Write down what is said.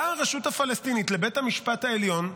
באה הרשות הפלסטינית לבית המשפט העליון,